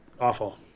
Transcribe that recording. awful